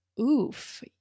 oof